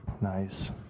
Nice